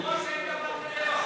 אדוני היושב-ראש,